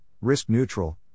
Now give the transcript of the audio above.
risk-neutral